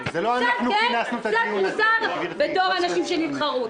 קצת מוסר, בתור אנשים שנבחרו.